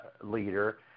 leader